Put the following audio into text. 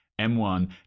M1